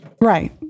right